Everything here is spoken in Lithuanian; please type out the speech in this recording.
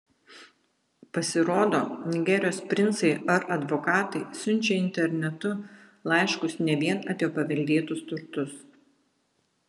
pasirodo nigerijos princai ar advokatai siunčia internetu laiškus ne vien apie paveldėtus turtus